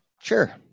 Sure